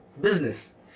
business